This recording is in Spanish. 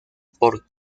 por